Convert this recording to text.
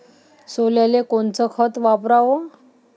सोल्याले कोनचं खत वापराव?